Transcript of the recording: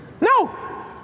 No